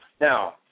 Now